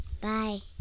Bye